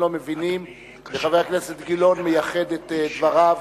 וחבר הכנסת גילאון מייחד את דבריו